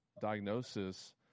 diagnosis